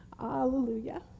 Hallelujah